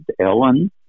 Ellen